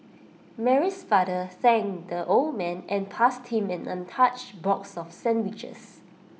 Mary's father thanked the old man and passed him an untouched box of sandwiches